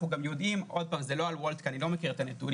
אנחנו יודעים מהעולם זה לא על וולט כי אני א מכיר את הנתונים